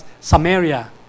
Samaria